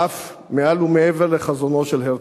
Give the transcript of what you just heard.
ואף מעל ומעבר לחזונו של הרצל,